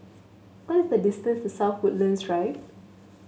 what is the distance South Woodlands Drive